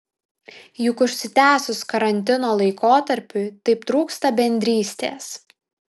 juk užsitęsus karantino laikotarpiui taip trūksta bendrystės